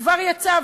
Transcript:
זה כבר יצא,